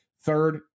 Third